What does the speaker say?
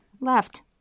Left